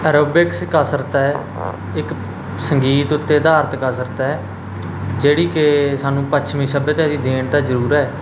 aerobics ਕਸਰਤ ਹੈ ਇਕ ਸੰਗੀਤ ਉੱਤੇ ਅਧਾਰਤ ਕਸਰਤ ਹੈ ਜਿਹੜੀ ਕਿ ਸਾਨੂੰ ਪੱਛਮੀ ਸੱਭਿਅਤਾ ਦੀ ਦੇਣ ਤਾਂ ਜ਼ਰੂਰ ਹੈ